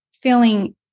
feeling